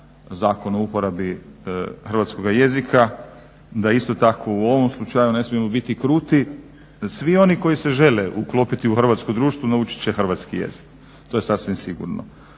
Zakon o uporabi hrvatskog jezika, da isto tako u ovom slučaju ne smijemo biti kruti. Svi oni koji se žele uklopiti u hrvatsko društvo naučit će hrvatski jezik, to je sasvim sigurno.